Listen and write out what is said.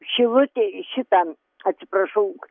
šilutėj šitam atsiprašau